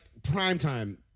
Primetime